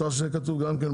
צריך שזה יהיה כתוב גם כן.